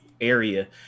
area